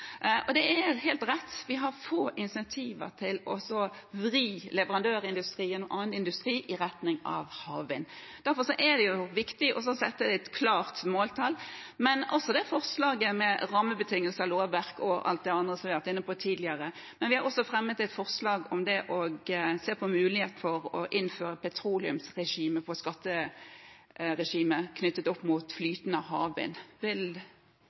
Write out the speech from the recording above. Det er helt rett at vi har få insentiver til å vri leverandørindustrien og annen industri i retning av havvind. Derfor er det viktig å sette et klart måltall, i tillegg til forslaget om rammebetingelser og lovverk og alt det andre vi har vært inne på tidligere. Vi har også fremmet et forslag om å se på muligheten for å innføre et petroleumsskatteregime knyttet opp mot